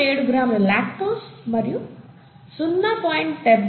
7 గ్రాముల లాక్టోస్ మరియు 0